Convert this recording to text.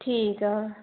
ਠੀਕ ਆ